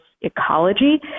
ecology